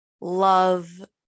love